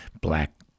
black